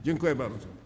Dziękuję bardzo.